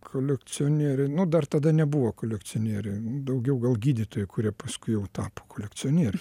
kolekcionieriai nu dar tada nebuvo kolekcionieriai daugiau gal gydytojai kurie paskui jau tapo kolekcionieriai